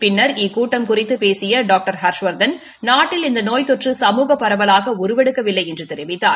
பின்னர் இக்கூட்டம் குறித்து பேசிய டாக்டர் ஹர்ஷவர்தன் நாட்டில் இந்த நோய் தொற்று சமூக பரவலாக உருவெடுக்கவில்லை என்று தெரிவித்தார்